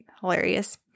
Hilarious